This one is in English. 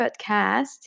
podcast